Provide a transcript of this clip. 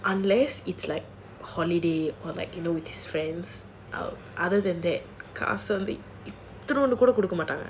unless it's like holiday or like you know with his friends or other than that காசு வந்து இப்டி வந்தா கூட கொடுக்கமாட்டாங்க:kaasu vandhu ipdi vandhaa kooda kodukka maattaanga